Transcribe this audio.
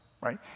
right